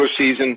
season